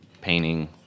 painting